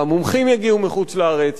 והמומחים יגיעו מחוץ-לארץ,